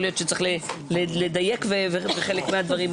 יכול להיות שצריך לדייק בחלק הדברים,